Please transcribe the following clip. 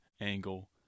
angle